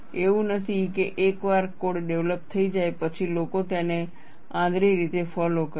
એવું નથી કે એકવાર કોડ ડેવલપ થઈ જાય પછી લોકો તેને આંધળી રીતે ફોલો કરે છે